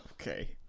Okay